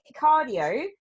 cardio